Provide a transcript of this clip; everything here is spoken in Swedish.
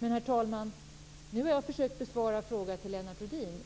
Herr talman! Nu har jag försökt besvara frågan från Lennart Rohdin.